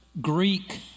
Greek